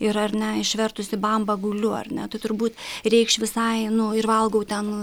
ir ar ne išvertusi bambą guliu ar ne tu turbūt reikš visai nu ir valgau ten